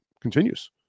continues